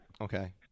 Okay